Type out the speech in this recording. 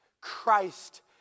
Christ